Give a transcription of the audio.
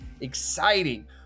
exciting